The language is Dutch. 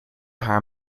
haar